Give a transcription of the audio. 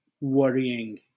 worrying